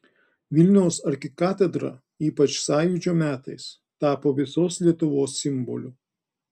vilniaus arkikatedra ypač sąjūdžio metais tapo visos lietuvos simboliu